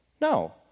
No